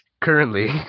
currently